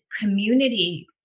community